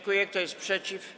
Kto jest przeciw?